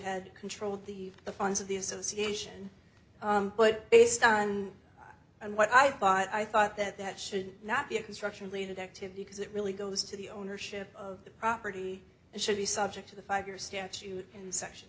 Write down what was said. had control of the the funds of the association but based on and what i thought i thought that that should not be a construction related activity because it really goes to the ownership of the property and should be subject to the five year statute in section